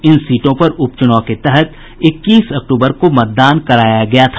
इन सीटों पर उपचुनाव के तहत इक्कीस अक्टूबर को मतदान कराया गया था